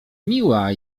miła